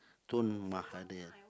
Tun Mahathir